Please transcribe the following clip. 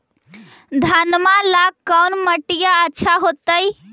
घनमा ला कौन मिट्टियां अच्छा होतई?